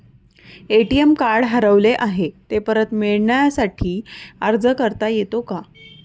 ATM card हरवले आहे, ते परत मिळण्यासाठी अर्ज करता येतो का?